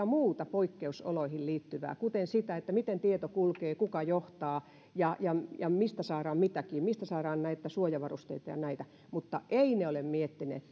muuta poikkeusoloihin liittyvää kuten sitä miten tieto kulkee kuka johtaa ja ja mistä saadaan mitäkin mistä saadaan näitä suojavarusteita ja näitä mutta eivät ne ole miettineet